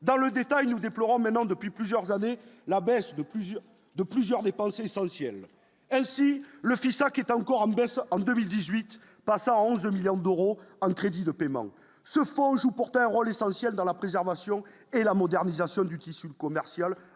dans le détail, nous déplorons maintenant depuis plusieurs années, la baisse de plusieurs de plusieurs pas aussi essentiel elle aussi le qui est encore en baisse en 2018 passe à 11 milliards d'euros en crédit de paiement se jouent pourtant un rôle essentiel dans la préservation et la modernisation du tissu commercial